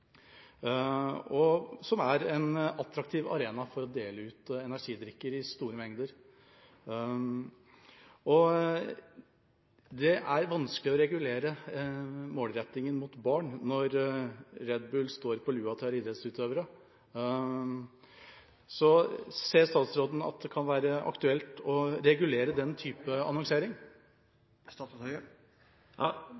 er en attraktiv arena for å dele ut energidrikker i store mengder. Og det er vanskelig å regulere målrettingen mot barn når det står Red Bull på lua til idrettsutøverne. Ser statsråden at det kan være aktuelt å regulere den